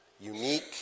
unique